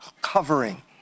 covering